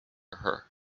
her